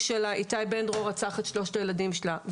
שלה איתי בן דרור רצח את שלושת הילדים שלה.